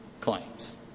claims